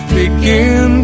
begin